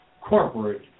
corporate